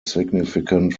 significant